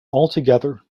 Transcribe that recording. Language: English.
altogether